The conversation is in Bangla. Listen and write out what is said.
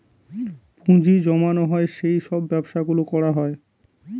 পুঁজি জমানো হয় সেই সব ব্যবসা গুলো করা হয়